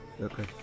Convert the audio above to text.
Okay